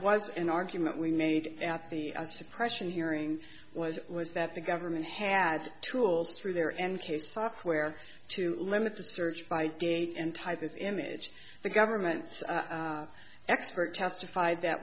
was an argument we made at the suppression hearing was was that the government had tools through there and case software to limit the search by date and type of image the government's expert testified that